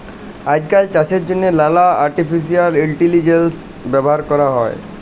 আইজকাল চাষের জ্যনহে লালা আর্টিফিসিয়াল ইলটেলিজেলস ব্যাভার ক্যরা হ্যয়